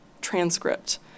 transcript